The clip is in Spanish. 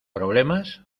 problemas